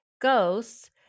ghosts